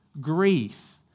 Grief